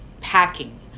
packing